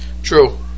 true